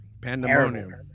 pandemonium